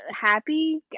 happy